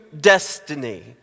destiny